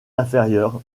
inférieure